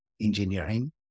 engineering